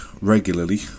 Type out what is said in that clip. regularly